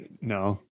no